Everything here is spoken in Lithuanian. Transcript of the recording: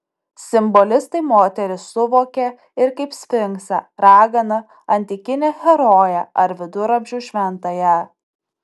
simbolistai moterį suvokė ir kaip sfinksą raganą antikinę heroję ar viduramžių šventąją